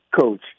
coach